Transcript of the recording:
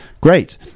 Great